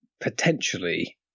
potentially